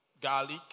garlic